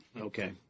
Okay